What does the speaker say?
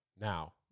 Now